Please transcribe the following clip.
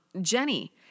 Jenny